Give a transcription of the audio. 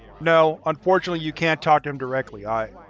no, unfortunately you can't talk to him directly. i,